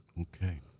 Okay